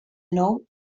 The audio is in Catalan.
nou